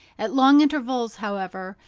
at long intervals, however,